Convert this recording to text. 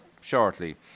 shortly